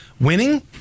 Winning